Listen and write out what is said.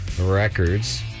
Records